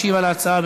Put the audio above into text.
משיב על ההצעה,